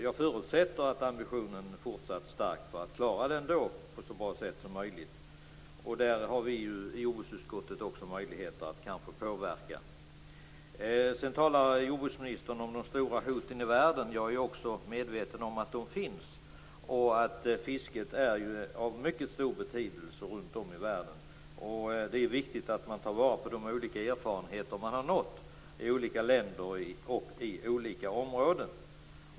Jag förutsätter ändå att ambitionen är fortsatt stark för att klara detta på ett så bra sätt som möjligt. Här har vi i jordbruksutskottet kanske också en möjlighet att påverka. Sedan talar jordbruksministern om de stora hoten i världen. Jag är också medveten om att de finns. Fisket är ju av mycket stor betydelse runt om i världen, och det är viktigt att ta vara på de olika erfarenheter man har nått i olika länder och inom olika områden.